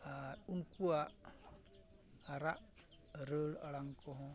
ᱟᱨ ᱩᱱᱠᱩᱭᱟᱜ ᱨᱟᱜ ᱨᱟᱹᱲ ᱟᱲᱟᱝ ᱠᱚᱦᱚᱸ